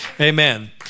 Amen